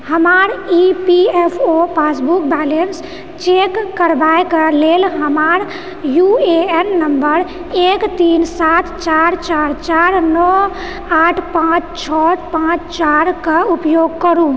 हमर E P F O passbook balance check करबएकेँ लेल हमर यू ए एन नम्बर एक तीन सात चार चारि चारि नओ आठ पाँच छओ पाँच चारि कऽ उपयोग करु